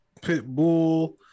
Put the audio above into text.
Pitbull